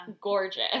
gorgeous